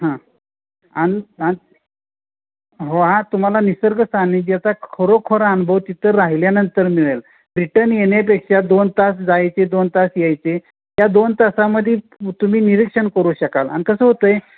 हां आणि आणि हो हा तुम्हाला निसर्ग सान्निध्याचा खरोखर अनुभव तिथं राहिल्यानंतर मिळेल रिटर्न येण्यापेक्षा दोन तास जायचे दोन तास यायचे या दोन तासामध्ये तुम्ही निरीक्षण करू शकाल आणि कसं होत आहे